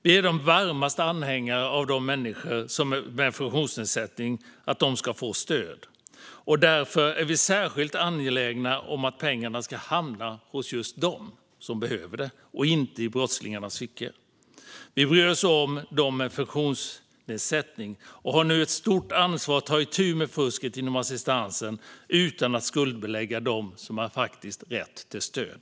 Vi är de varmaste anhängare av att människor med funktionsnedsättning ska få stöd. Därför är vi särskilt angelägna om att pengarna ska hamna hos just dem som behöver dem och inte i brottslingarnas fickor. Vi bryr oss om dem med funktionsnedsättning och har nu ett stort ansvar att ta itu med fusket inom assistansen utan att skuldbelägga dem som faktiskt har rätt till stöd.